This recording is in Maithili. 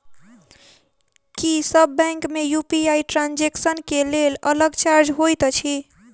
की सब बैंक मे यु.पी.आई ट्रांसजेक्सन केँ लेल अलग चार्ज होइत अछि?